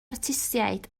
artistiaid